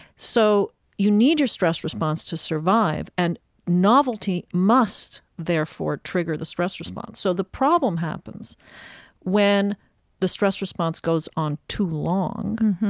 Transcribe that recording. so you need your stress response to survive. and novelty must, therefore, trigger the stress response. so the problem happens when the stress response goes on too long,